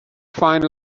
find